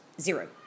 zero